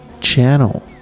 channel